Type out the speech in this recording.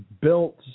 built